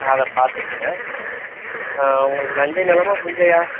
அதை பார்த்துக்கங்க உங்களுக்கு நஞ்சை நிலமா புஞ்சையா